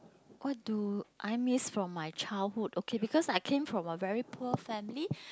what do I miss from my childhood okay because I came from a very poor family